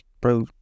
bro